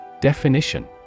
Definition